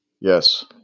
Yes